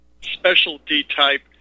specialty-type